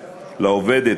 לעובדת,